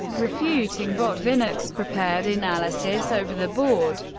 refuting botvinnik's prepared analysis over-the-board.